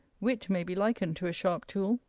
wit may be likened to a sharp tool.